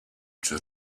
czy